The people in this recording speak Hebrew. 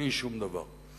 בלי שום דבר.